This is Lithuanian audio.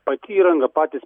pati įranga patys